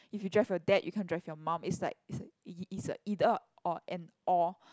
if you drive your dad you can't drive your mum it's like it's a either or and or